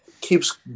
keeps